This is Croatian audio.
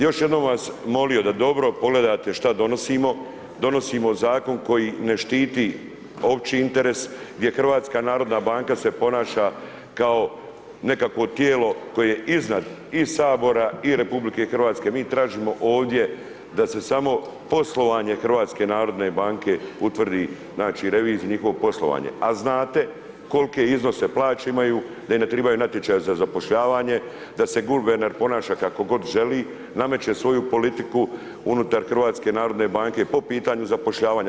Još jednom bi vas molio da dobro pogledate šta donosimo, donosimo zakon koji ne štiti opći interes, gdje HNB se ponaša kao nekakvo tijelo koje je iznad i Sabora i RH, mi tražimo ovdje da se samo poslovanje HNB-a utvrdi, znači revizija i njihovo poslovanje a znate kolike iznose plaće imaju, da im ne trebaju natječaji za zapošljavanje, da se guverner ponaša kako god želi, nameće svoju politiku unutar HNB-a po pitanju zapošljavanja.